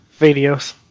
videos